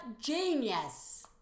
genius